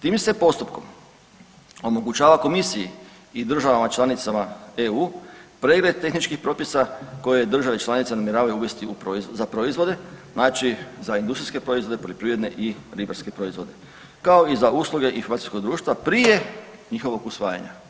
Tim se postupkom omogućava Komisiji i državama članicama EU pregled tehničkih propisa koje države članice namjeravaju uvesti za proizvode, znači za industrijske proizvode, poljoprivredne i ribarske proizvode kao i za usluge informacijskog društva prije njihovog usvajanja.